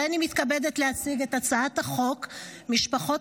הריני מתכבדת להציג את הצעת החוק משפחות